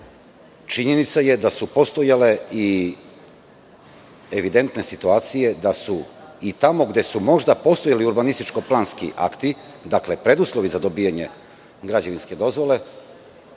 činjenica je da su postojale i evidentne situacije da su i tamo gde su možda postojali urbanističko-planski akti, dakle preduslovi za dobijanje građevinske dozvole,